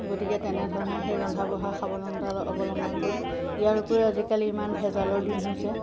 গতিকে তেনেধৰণে সেই ৰন্ধা বঢ়াৰ সাৱধানতা অৱলম্বন কৰোঁ ইয়াৰ উপৰিও আজিকালি ইমান ভেজালৰ দিন হৈছে